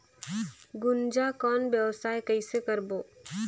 गुनजा कौन व्यवसाय कइसे करबो?